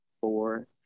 four